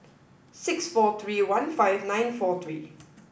six four three one five nine four three